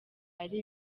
ari